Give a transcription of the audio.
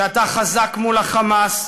שאתה חזק מול ה"חמאס",